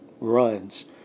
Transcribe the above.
runs